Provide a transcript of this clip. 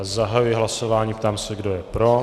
Zahajuji hlasování a ptám se, kdo je pro.